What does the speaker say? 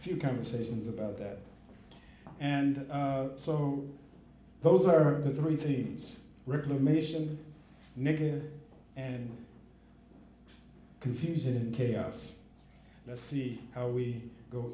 a few conversations about that and so those are the three themes reclamation negative and confusion and chaos see how we go